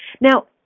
Now